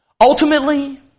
Ultimately